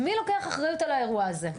מי לוקח אחריות על האירוע הזה?